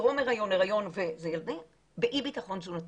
טרום הריון, הריון וזה באי בטחון תזונתי.